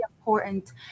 important